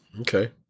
Okay